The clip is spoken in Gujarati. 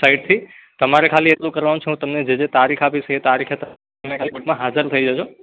સાઈડથી તમારે ખાલી આટલું કરવાનું છે હું જે જે તારીખ આપીશ એ તારીખે તમે ખાલી કોર્ટમાં હાજર થઈ જજો